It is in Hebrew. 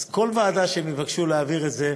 אז כל ועדה שהם יבקשו להעביר את זה,